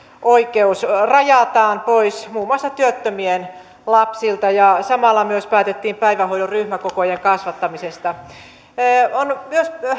oikeus rajataan pois muun muassa työttömien lapsilta ja samalla myös päätettiin päivähoidon ryhmäkokojen kasvattamisesta hallitus on myös